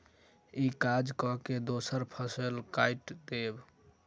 ई काज कय के दोसर फसिल कैट देब